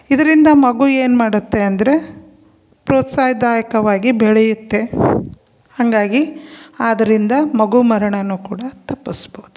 ಇದರಿಂದ ಮಗು ಏನು ಮಾಡುತ್ತೆ ಅಂದರೆ ಪ್ರೋತ್ಸಾಹದಾಯಕವಾಗಿ ಬೆಳೆಯುತ್ತೆ ಹಾಗಾಗಿ ಆದ್ದರಿಂದ ಮಗು ಮರಣವು ಕೂಡ ತಪ್ಪಿಸ್ಬೋದು